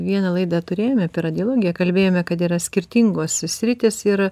vieną laidą turėjome apie radialogiją kalbėjome kad yra skirtingos sritys ir